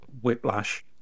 Whiplash